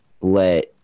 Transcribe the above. let